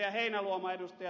heinäluoma ja ed